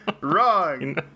wrong